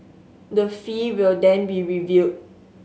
the fee will then be reviewed